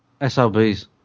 SLBs